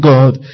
God